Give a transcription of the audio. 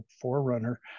forerunner